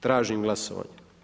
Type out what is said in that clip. Tražim glasovanje.